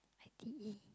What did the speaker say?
I_T_E